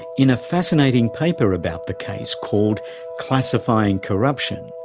in a fascinating paper about the case called classifying corruption,